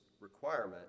requirement